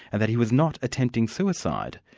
and that he was not attempting suicide.